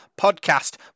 podcast